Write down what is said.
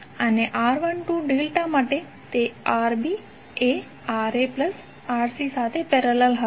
અને R12 delta માટે તે Rb એ RaRc સાથે પેરેલલ હતું